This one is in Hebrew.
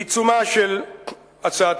לעיצומה של הצעתך,